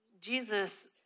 Jesus